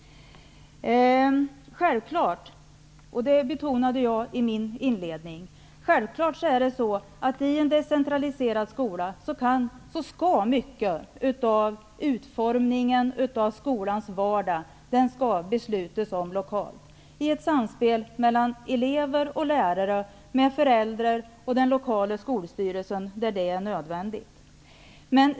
I min inledning betonade jag att det i en decentraliserad skola är självklart att man skall fatta beslut lokalt om en stor del av utformningen av skolans vardag. Beslut skall fattas i ett samspel mellan elever, lärare, föräldrar och den lokala skolstyrelsen där så är nödvändigt.